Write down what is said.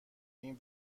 این